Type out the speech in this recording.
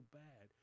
bad